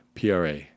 pra